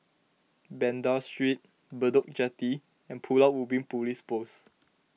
Banda Street Bedok Jetty and Pulau Ubin Police Post